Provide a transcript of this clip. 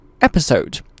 episode